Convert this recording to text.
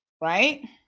Right